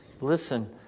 Listen